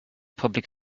public